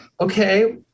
okay